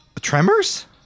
Tremors